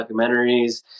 documentaries